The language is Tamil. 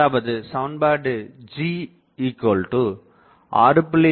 அதாவது சமன்பாடு G 6